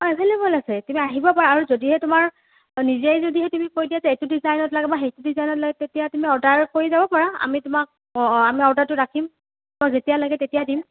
অঁ এভেইলেবল আছে তুমি আহিব পাৰা আৰু যদিহে তোমাৰ নিজেই যদিহে তুমি কৈ দিয়া যে এইটো ডিজাইনত লাগে বা সেইটো ডিজাইনত লাগে তেতিয়া তুমি অৰ্ডাৰ কৰি যাব পাৰা আমি তোমাক অঁ আমি অৰ্ডাৰটো ৰাখিম যেতিয়া লাগে তেতিয়া দিম